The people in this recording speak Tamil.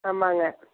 ஆமாங்க